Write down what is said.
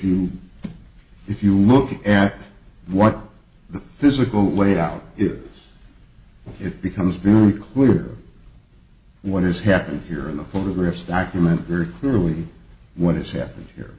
you if you look at what the physical layout is it becomes very clear what is happening here in the photographs document very clearly what is happening here